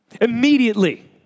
Immediately